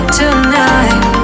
tonight